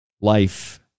life